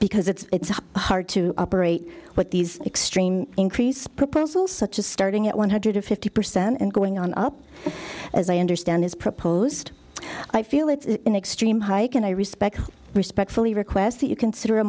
because it's hard to operate with these extreme increase proposal such as starting at one hundred fifty percent and going on up as i understand his proposed i feel it's an extreme hike and i respect respectfully request that you consider a